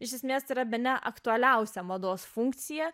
iš esmės tai yra bene aktualiausia mados funkcija